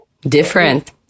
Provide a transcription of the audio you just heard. different